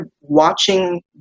watching